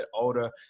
older